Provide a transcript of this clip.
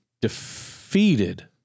defeated